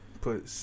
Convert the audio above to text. Put